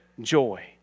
joy